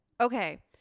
okay